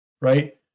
right